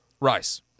Rice